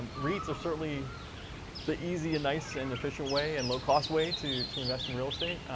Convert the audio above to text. and reits are certainly the easy and nice and efficient way, and low-cost way to to invest in real estate.